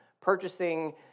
purchasing